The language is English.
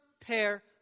pair